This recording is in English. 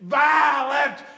violent